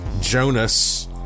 Jonas